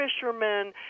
fishermen